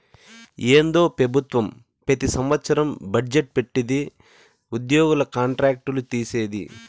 ఏందో పెబుత్వం పెతి సంవత్సరం బజ్జెట్ పెట్టిది ఉద్యోగుల కాంట్రాక్ట్ లు తీసేది